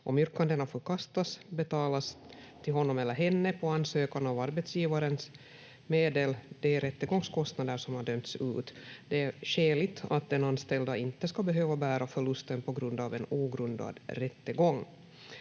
Om yrkandena förkastas, betalas till honom eller henne på ansökan av arbetsgivarens medel de rättegångskostnader som har dömts ut. Det är skäligt att den anställda inte ska behöva bära förlusten på grund av en ogrundad rättegång.